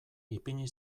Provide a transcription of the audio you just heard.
ipini